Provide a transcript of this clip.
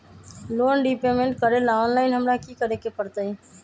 Loan repayment करेला online हमरा की करे के परतई?